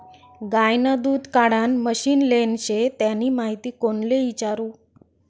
गायनं दूध काढानं मशीन लेनं शे त्यानी माहिती कोणले इचारु?